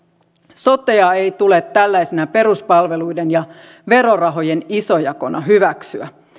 sotea ei tule tällaisena peruspalveluiden ja verorahojen isojakona hyväksyä